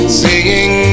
singing